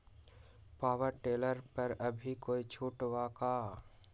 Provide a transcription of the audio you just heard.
Power tiller पर अभी कोई छुट बा का?